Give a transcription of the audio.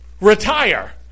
Retire